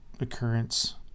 occurrence